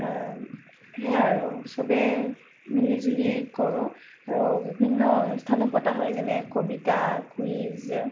সেয়াই আৰু চবে মিলিজুলি কৰোঁ আৰু বিভিন্ন অনুষ্ঠানো পতা হয় যেনে কবিতা কুইজ